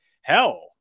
hell